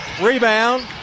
Rebound